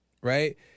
right